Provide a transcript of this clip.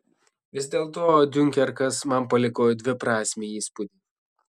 vis dėlto diunkerkas man paliko dviprasmį įspūdį